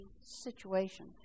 situation